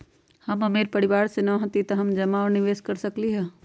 हम अमीर परिवार से न हती त का हम जमा और निवेस कर सकली ह?